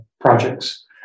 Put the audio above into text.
projects